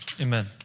amen